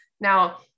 Now